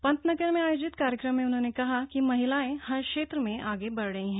पन्तनगर में आयोजित कार्यक्रम में उन्होंने कहा कि महिलाएं हर क्षेत्र में आगे बढ़ रही हैं